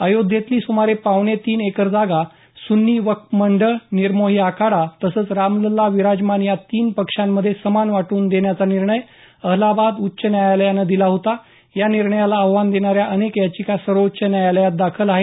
अयोध्येतली सुमारे पावणे तीन एकर जागा सुन्नी वक्फ मंडळ निर्मोही आखाडा तसंच रामलल्ला विराजमान या तीन पक्षांमध्ये समान वाटून देण्याचा निर्णय अलाहाबाद उच्च न्यायालयानं दिला होता या निर्णयाला आव्हान देणाऱ्या अनेक याचिका सर्वोच्च न्यायालयात दाखल आहेत